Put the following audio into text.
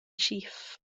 chief